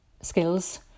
skills